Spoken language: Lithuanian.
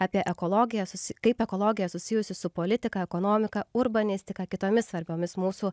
apie ekologiją susi kaip ekologija susijusi su politika ekonomika urbanistika kitomis svarbiomis mūsų